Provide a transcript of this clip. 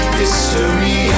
history